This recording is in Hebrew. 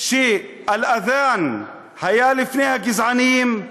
שאל-אד'אן היה לפני הגזענים,